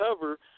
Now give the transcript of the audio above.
cover